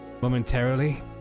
momentarily